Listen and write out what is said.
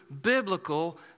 biblical